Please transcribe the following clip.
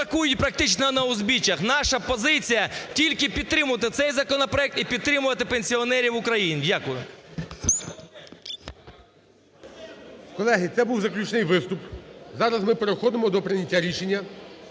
Колеги, це був заключний виступ. Зараз ми переходимо до прийняття рішення.